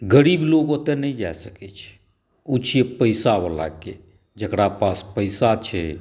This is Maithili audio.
गरीब लोक ओतऽ नहि जा सकैछै ओ छिए पैसावलाके जकरा पास पैसा छै